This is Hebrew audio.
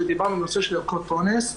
שדיברנו על נושא של ערכות אונס,